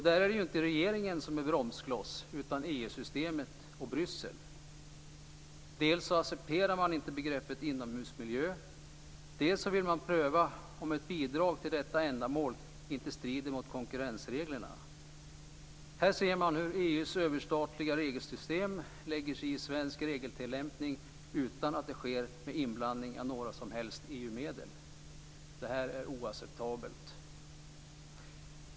Där är det ju inte regeringen som är bromskloss, utan EU-systemet och Bryssel. Dels accepterar man inte begreppet inomhusmiljö, dels vill man pröva om ett bidrag till detta ändamål inte strider mot konkurrensreglerna. Här ser man hur EU:s överstatliga regelsystem lägger sig i svensk regeltillämpning utan att det sker med inblandning av några som helst EU medel. Det är oacceptabelt.